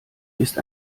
ist